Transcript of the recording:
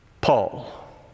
Paul